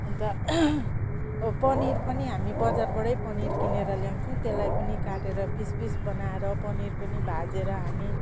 अन्त पनिर पनि हाममी बजारबाटै पनिर किनेर ल्याउँछौँ त्यसलाई पनि काटेर पिस पिस बनाएर पनिर पनि भाजेर हामी